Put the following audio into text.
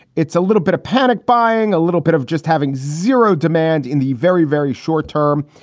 it's a little bit of panic buying, a little bit of just having zero demand in the very, very short term.